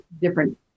different